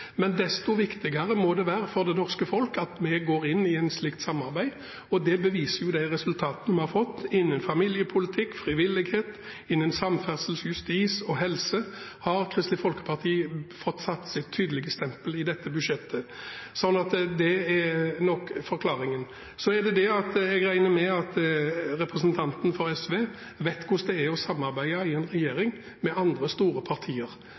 Men desto viktigere må det være for det norske folket at vi går inn i et slikt samarbeid. Det beviser jo de resultatene vi har fått. Innenfor familiepolitikk, frivillighet, samferdsel, justis og helse har Kristelig Folkeparti fått satt sitt tydelige stempel i dette budsjettet. Det er nok forklaringen. Jeg regner med at representanten fra SV vet hvordan det er å samarbeide i en regjering med store partier.